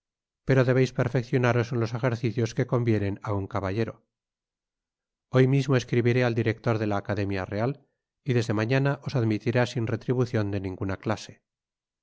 pero debeis perfeccionaros en los ejercicios que convienen á un caballero hoy mismo escribiré al director de la académia real y desde mañana os admitirá sin retribucion de ninguna clase